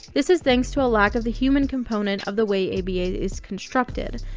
this is thanks to a lack of the human component of the way aba is constructed.